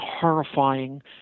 horrifying